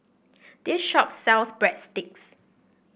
this shop sells Breadsticks